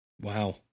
Wow